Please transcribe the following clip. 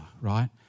right